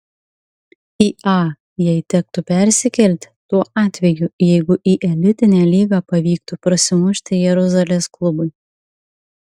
į a jai tektų persikelti tuo atveju jeigu į elitinę lygą pavyktų prasimušti jeruzalės klubui